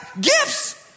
gifts